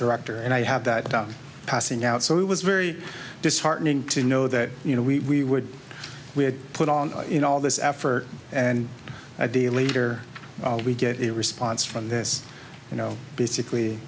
director and i have that down passing out so it was very disheartening to know that you know we would we had put on in all this effort and idea later we get a response from this you know basically